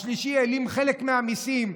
השלישי העלים חלק מהמיסים,